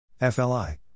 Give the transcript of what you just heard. FLI